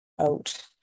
out